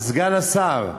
סגן השר,